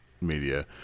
media